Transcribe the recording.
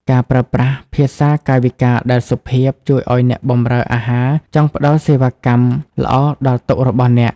ការប្រើប្រាស់ភាសាកាយវិការដែលសុភាព ជួយឱ្យអ្នកបម្រើអាហារចង់ផ្ដល់សេវាកម្មល្អដល់តុរបស់អ្នក។